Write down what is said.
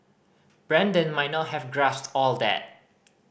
Brandon might not have grasped all that